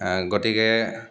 গতিকে